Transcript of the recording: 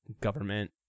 government